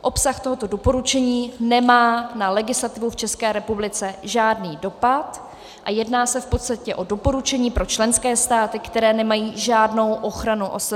Obsah tohoto doporučení nemá na legislativu v České republice žádný dopad a jedná se v podstatě o doporučení pro členské státy, které nemají žádnou ochranu OSVČ.